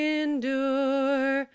endure